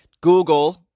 Google